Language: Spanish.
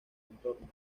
entorno